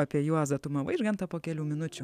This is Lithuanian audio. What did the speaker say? apie juozą tumą vaižgantą po kelių minučių